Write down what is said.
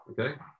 Okay